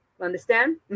Understand